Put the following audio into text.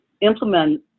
implement